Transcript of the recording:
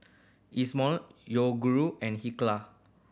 Isomil Yoguru and Hilker